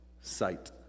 sight